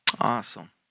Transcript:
Awesome